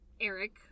Eric